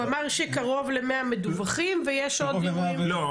הוא אמר שקרוב ל-100 מדווחים ויש עוד אירועים --- לא,